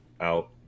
out